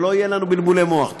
ולא יהיו לנו בלבולי מוח.